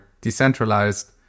decentralized